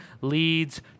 leads